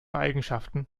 eigenschaften